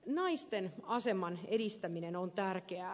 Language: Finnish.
naisten aseman edistäminen on tärkeää